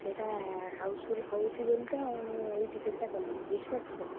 ସେଇଟା ହାଉସଫୁଲ୍ ହେଉଛି ବୋଲି ତ ମୁଁ ଏଇ ଟିକେଟ୍ଟା କଲି ବୁଝିପାରୁଛୁ ତ